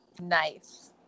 Nice